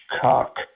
cock